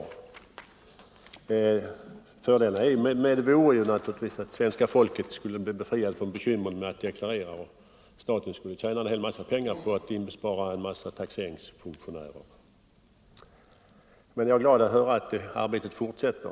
verkningarna av Fördelarna med systemet vore naturligtvis att svenska folket skulle hungersnöden i bli befriat från bekymren med att deklarera och att staten skulle tjäna världen en massa pengar genom att inbespara en mängd taxeringsfunktionärer. Jag är glad att höra att arbetet fortsätter.